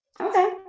Okay